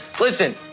Listen